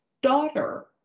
daughter